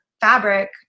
fabric